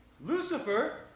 Lucifer